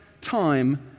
time